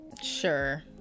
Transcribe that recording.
sure